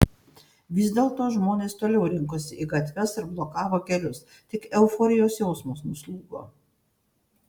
vis dėlto žmonės toliau rinkosi į gatves ir blokavo kelius tik euforijos jausmas nuslūgo